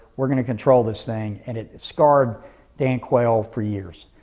we're going to control this thing, and it scarred dan quayle for years.